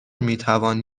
میتوان